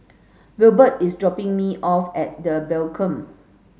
Wilbert is dropping me off at The Beacon